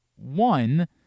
One